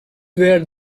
were